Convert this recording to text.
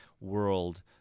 world